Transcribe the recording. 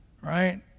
right